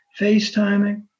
FaceTiming